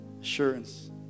assurance